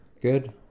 Good